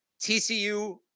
TCU